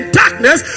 darkness